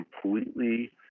completely